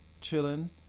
chilling